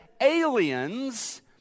aliens